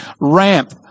ramp